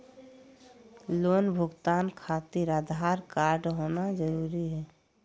Loan भुगतान खातिर Aadhaar card होना जरूरी है?